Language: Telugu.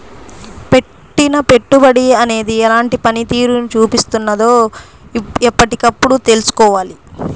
పెట్టిన పెట్టుబడి అనేది ఎలాంటి పనితీరును చూపిస్తున్నదో ఎప్పటికప్పుడు తెల్సుకోవాలి